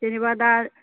जेनेबा दा